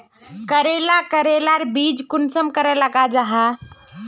करेला करेलार बीज कुंसम करे लगा जाहा?